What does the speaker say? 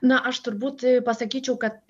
na aš turbūt pasakyčiau kad